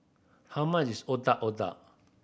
how much is Otak Otak